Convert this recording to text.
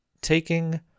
taking